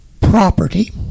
property